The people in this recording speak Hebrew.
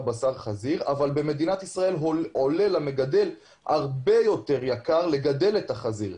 אבל במדינת ישראל עולה למגדל הרבה יותר יקר לגדל את החזיר,